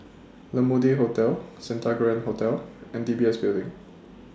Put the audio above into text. La Mode Hotel Santa Grand Hotel and D B S Building